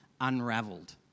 unraveled